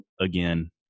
again